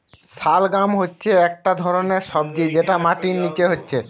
শালগাম হচ্ছে একটা ধরণের সবজি যেটা মাটির নিচে হচ্ছে